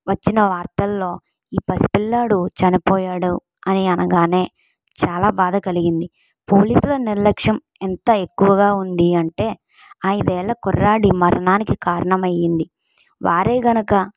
వచ్చిన వార్తల్లో ఈ పసిపిల్లాడు చనిపోయాడు అని అనగానే చాలా బాధ కలిగింది పోలీసులు నిర్లక్ష్యం ఎంత ఎక్కువగా ఉంది అంటే ఐదేళ్ళ కుర్రాడి మరణానికి కారణం అయింది వారే కనుక